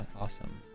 Awesome